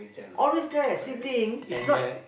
always there sibling is not